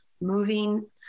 moving